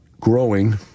growing